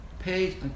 Page